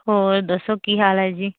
ਹੋਰ ਦੱਸੋ ਕੀ ਹਾਲ ਹੈ ਜੀ